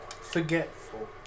Forgetful